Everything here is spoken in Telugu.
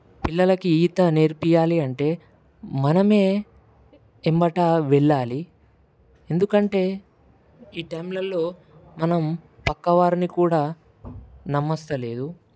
పిల్లలకి ఈత నేర్పించాలి అంటే మనమే వెంబడి వెళ్ళాలి ఎందుకంటే ఈ టైంలల్లో మనం ప్రక్కవారిని కూడా నమ్మస్తలేదు